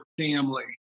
family